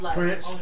Prince